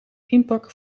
inpakken